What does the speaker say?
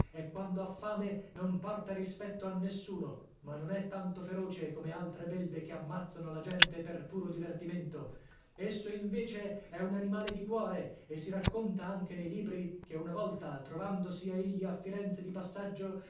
e quando ha fame non porta rispetto a nessuno ma non è tanto feroce come altre belve che ammazzano la gente per puro divertimento esso invece è un animale di cuore e si racconta anche nei libri che una volta trovandosi egli a firenze di passaggio